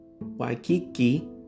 Waikiki